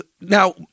Now